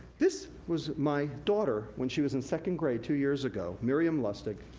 this was my daughter, when she was in second grade, two years ago, miriam lustig,